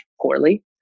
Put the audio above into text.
poorly